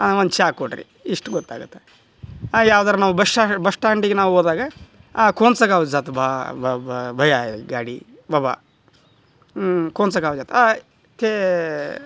ಒಂದು ಚಾ ಕೊಡಿರಿ ಇಷ್ಟು ಗೊತ್ತಾಗುತ್ತೆ ಯಾವ್ದಾರು ನಾವು ಬಶ್ ಶ್ಟ್ಯಾಂ ಬಶ್ ಶ್ಟ್ಯಾಂಡಿಗೆ ನಾವು ಹೋದಾಗ ಕೌನ್ಸ ಗಾಂವ್ ಜಾತ ಬಾ ಭಯ್ಯ ಗಾಡಿ ಬಾಬಾ ಕೌನ್ಸ ಗಾಂವ್ ಜಾತ ಕೇ